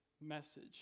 message